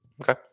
Okay